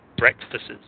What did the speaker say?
breakfasts